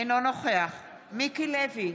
אינו נוכח מיקי לוי,